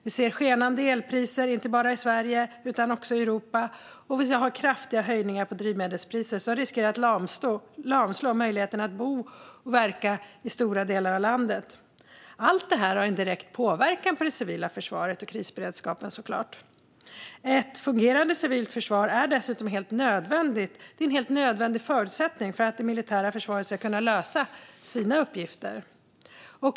Vi ser skenande elpriser inte bara i Sverige utan också i Europa, och vi har kraftiga höjningar av drivmedelspriser som riskerar att lamslå möjligheten att bo och verka i stora delar av landet. Allt detta har såklart en direkt påverkan på det civila försvaret och krisberedskapen. Ett fungerande civilt försvar är dessutom en helt nödvändig förutsättning för att det militära försvaret ska kunna lösa sina uppgifter.